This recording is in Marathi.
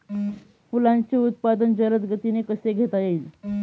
फुलांचे उत्पादन जलद गतीने कसे घेता येईल?